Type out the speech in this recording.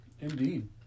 Indeed